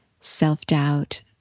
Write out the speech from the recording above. self-doubt